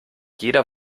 jeder